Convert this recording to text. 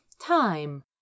time